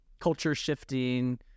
culture-shifting